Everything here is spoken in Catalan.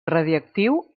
radioactiu